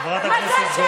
חברת הכנסת גוטליב.